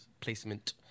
placement